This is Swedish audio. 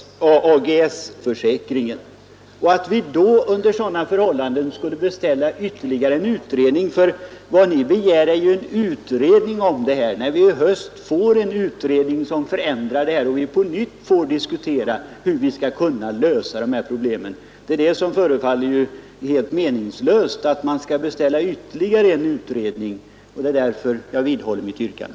Att riksdagen under sådana förhållanden skulle beställa ytterligare en utredning — vad reservanterna begär är ju en utredning — förefaller helt meningslöst. Jag vidhåller mitt yrkande.